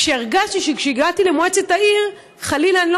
כששאלו אותי מה